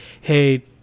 hey